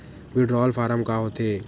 Withdrawal form का होथे?